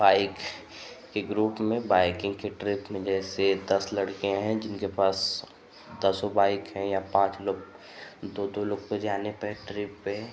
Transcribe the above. bike के ग्रुप में बाइक़िन्ग के ट्रिप में जैसे दस लड़के हैं जिसके पास दसो बाइक़ है या पाँच लोग दो दो लोग पर जाने पर ट्रिप पर